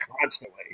constantly